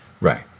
right